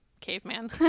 caveman